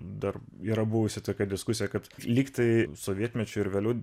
dar yra buvusi tokia diskusija kad lyg tai sovietmečiu ir vėliau